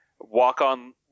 Walk-on